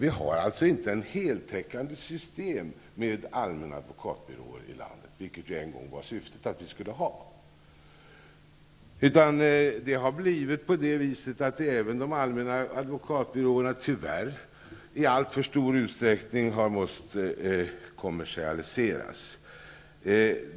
Vi har i landet inte ett heltäckande system med allmänna advokatbyråer, vilket en gång var syftet. Även de allmänna advokatbyråerna har tyvärr i allför stor utsträckning kommersialiserats.